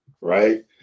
right